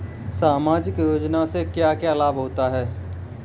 सामाजिक योजना से क्या क्या लाभ होते हैं?